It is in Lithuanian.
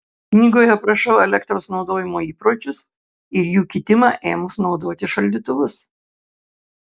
knygoje aprašau elektros naudojimo įpročius ir jų kitimą ėmus naudoti šaldytuvus